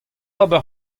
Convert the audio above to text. ober